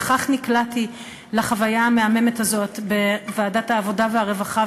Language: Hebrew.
וכך נקלעתי לחוויה המהממת הזאת בוועדת העבודה והרווחה,